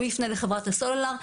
שהוא יפנה לחברת הסלולר,